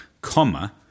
comma